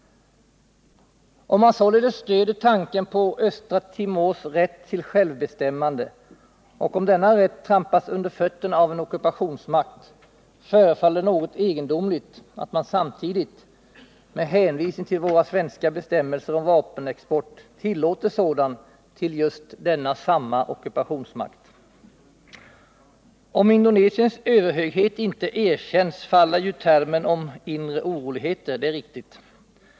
Om man således stöder tanken på Östra Timors rätt till självbestämmande och om denna rätt trampas under fötterna av en ockupationsmakt, förefaller det något egendomligt att man samtidigt, med hänvisning till våra svenska bestämmelser om vapenexport, tillåter sådant till just denna samma ockupationsmakt. Om Indonesiens överhöghet inte erkänns, faller ju termen ”inre oroligheter”; det är riktigt.